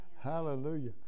Hallelujah